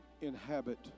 inhabit